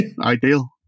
ideal